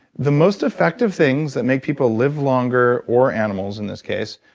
the most effective things that make people live longer or animals in this case,